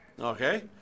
Okay